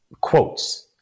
quotes